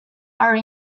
are